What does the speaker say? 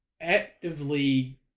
actively